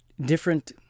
different